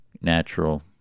natural